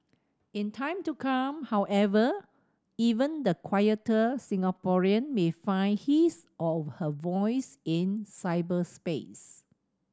in time to come however even the quieter Singaporean may find his or her voice in cyberspace